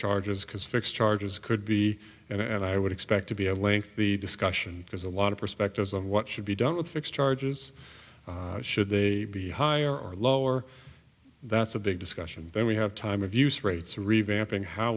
charges because fixed charges could be and i would expect to be a lengthy discussion because a lot of perspectives on what should be done with fixed charges should they be higher or lower that's a big discussion when we have time of use rates revamping how